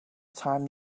time